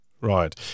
Right